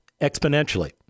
exponentially